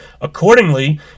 Accordingly